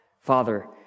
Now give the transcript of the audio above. Father